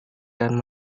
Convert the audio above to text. dan